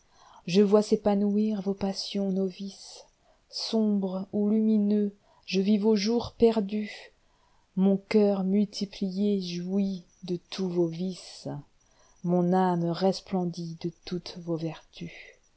je vois s'épanouir vos passions novices sombres ou lumineux je vis vos jours perdusjmon cœur multiplié jouit de tous vos vices imon âme resplendit de toutes vos vertus